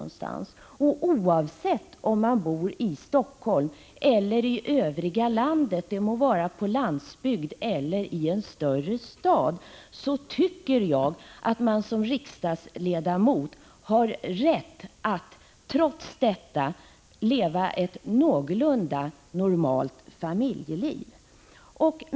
Oavsett om man bor i Helsingfors eller i övriga landet, det må vara på landsbygden eller i en större stad, tycker jag att man som riksdagsledamot har rätt att trots detta leva ett någorlunda normalt familjeliv.